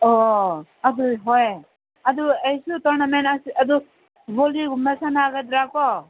ꯑꯣ ꯑꯗꯨ ꯍꯣꯏ ꯑꯗꯨ ꯑꯩꯁꯨ ꯇꯣꯔꯅꯥꯃꯦꯟ ꯑꯗꯨ ꯕꯣꯜꯂꯤꯒꯨꯝꯕ ꯁꯥꯟꯅꯒꯗ꯭ꯔꯀꯣ